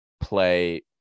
play